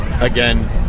again